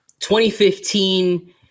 2015